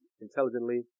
intelligently